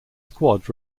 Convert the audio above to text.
squad